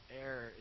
air